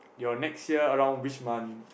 your next year around which month